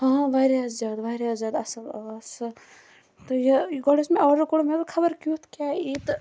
ہاں واریاہ زیادٕ واریاہ زِیادٕ اصٕل اوس سُہ تہٕ یہٕ گۄڈٕ اوس مےٚ آرڈَر کوٚڑمُت مےٚ دوپ خَبر کیُتھ کیاہ یی تہٕ